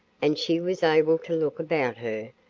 and she was able to look about her,